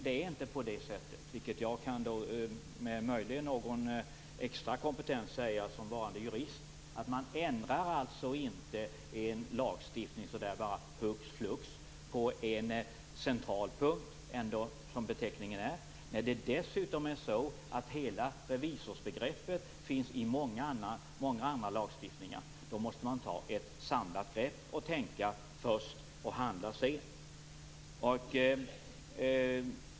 Det är nämligen inte så - vilket jag möjligen kan säga med extra tyngd som vanlig jurist - att man inte hux flux ändrar en benämning på en central punkt i en lagstiftning. Revisorsbegreppet finns dessutom i många andra lagstiftningar. Man måste ta ett samlat grepp, tänka först och handla sedan.